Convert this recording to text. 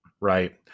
right